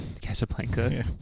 Casablanca